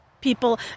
people